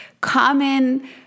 common